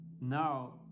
now